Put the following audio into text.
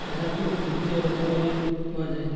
ଏହାକୁ ଦ୍ୱିତୀୟ ରଥ ବୋଲି କୁହାଯାଏ